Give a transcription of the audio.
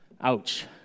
Ouch